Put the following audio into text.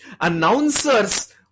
announcers